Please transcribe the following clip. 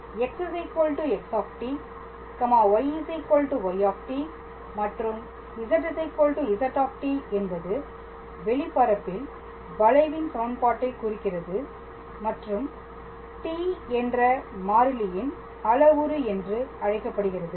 x x y y மற்றும் z z என்பது வெளிப்பரப்பில் வளைவின் சமன்பாட்டை குறிக்கிறது மற்றும் t என்ற மாறிலியின் அளவுரு என்று அழைக்கப்படுகிறது